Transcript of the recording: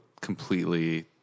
completely